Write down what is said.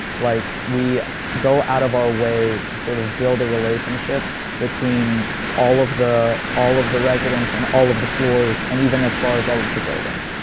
like we go out of our way to sort of build a relationship between all of the, all of the residents and all of the floors. and even as far as all of the buildings.